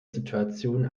situation